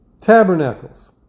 Tabernacles